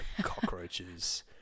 cockroaches